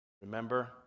Remember